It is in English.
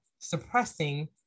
suppressing